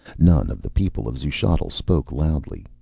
none of the people of xuchotl spoke loudly.